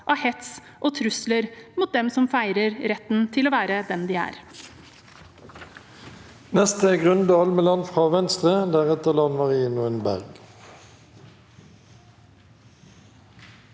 hat, hets og trusler mot dem som feirer retten til å være den de er.